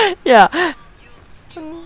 ya